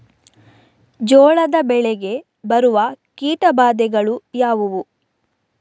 ಜೋಳದ ಬೆಳೆಗೆ ಬರುವ ಕೀಟಬಾಧೆಗಳು ಯಾವುವು?